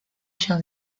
chien